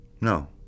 No